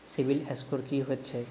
CIBIL score की होइत छैक?